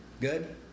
Good